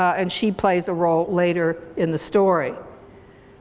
and she plays a role later in the story.